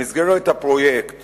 במסגרת הפרויקט